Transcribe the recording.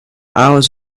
hours